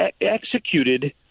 executed